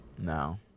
No